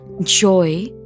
joy